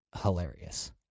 hilarious